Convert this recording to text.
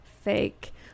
fake